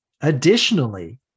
additionally